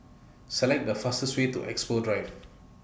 Select The fastest Way to Expo Drive